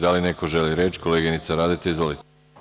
Da li neko želi reč? (Da) Koleginica Radeta, izvolite.